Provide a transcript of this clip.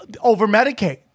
over-medicate